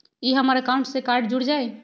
ई हमर अकाउंट से कार्ड जुर जाई?